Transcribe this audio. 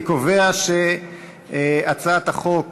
אני קובע שהצעת חוק